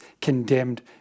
condemned